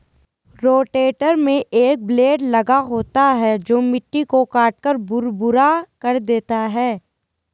rotator में एक blade लगा होता है जो मिट्टी को काटकर भुरभुरा कर देता है